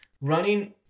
Running